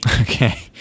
Okay